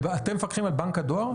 אתם מפקחים על בנק הדואר?